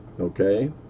Okay